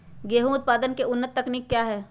गेंहू उत्पादन की उन्नत तकनीक क्या है?